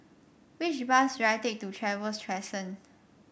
which bus should I take to Trevose Crescent